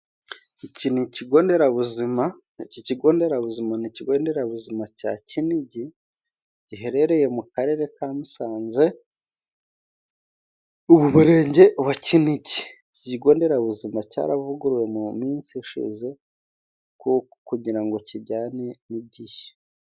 Iki ni ikigo nderabuzima, iki kigo nderabuzima ni ikigo nderabuzima cya Kinigi, giherereye mu karere ka Musanze, murenge wa Kinigi. Iki kigo nderabuzima cyaravuguruwe mu minsi ishize, kugirango kijyane n'igihe.